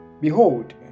behold